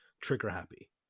trigger-happy